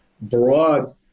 broad